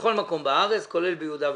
בכל מקום בארץ, כולל ביהודה ושומרון,